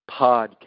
podcast